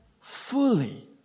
fully